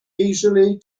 easily